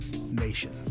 Nation